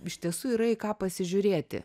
iš tiesų yra ką pasižiūrėti